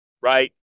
right